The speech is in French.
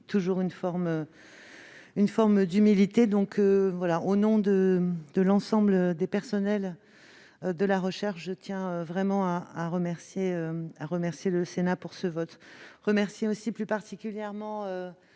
donc une forme d'humilité. Au nom de l'ensemble des personnels de la recherche, je tiens à remercier le Sénat de ce vote.